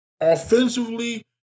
offensively